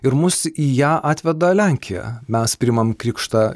ir mus į ją atveda lenkija mes priimam krikštą